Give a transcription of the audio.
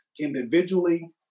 individually